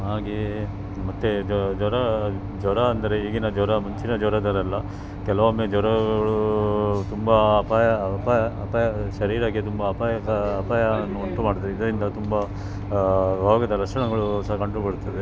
ಹಾಗೆಯೇ ಮತ್ತೆ ಇದು ಜ್ವರ ಜ್ವರ ಅಂದರೆ ಈಗಿನ ಜ್ವರ ಮುಂಚಿನ ಜ್ವರ ಥರ ಅಲ್ಲ ಕೆಲವೊಮ್ಮೆ ಜ್ವರಗಳು ತುಂಬ ಅಪಾಯ ಅಪಾ ಅಪಾಯ ಶರೀರಕ್ಕೆ ತುಂಬ ಅಪಾಯಕ ಅಪಾಯವನ್ನು ಉಂಟು ಮಾಡುತ್ತದೆ ಇದರಿಂದ ತುಂಬ ರೋಗದ ಲಕ್ಷಣಗಳು ಸಹ ಕಂಡು ಬರುತ್ತದೆ